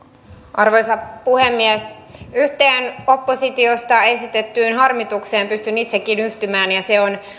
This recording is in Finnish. arvoisa puhemies yhteen oppositiosta esitettyyn harmitukseen pystyn itsekin yhtymään ja se on